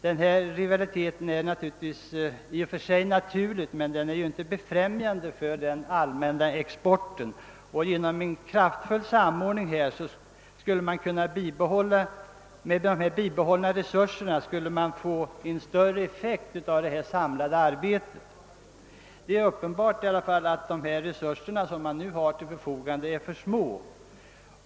Denna rivalitet är i och för sig naturlig men befrämjar inte den allmänna exporten. Genom en kraftfull samordning skulle man med bibehållna resurser få större effekt av det samlade arbetet. Det är i alla fall uppenbart att de resurser som man nu har till sitt förfogande är för små.